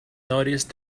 noticed